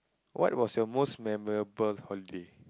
what was your most memorable holiday